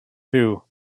two